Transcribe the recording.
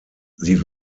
sie